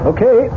Okay